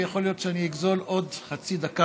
ויכול להיות שאני אגזול עוד חצי דקה,